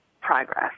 progress